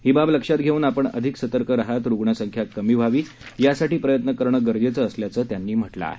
ही बाब लक्षात घेऊन आपण अधिक सतर्क राहत रुग्ण संख्या कमी व्हावी यासाठी प्रयत्न करणं गरजेचं असल्याचं त्यांनी म्हटलं आहे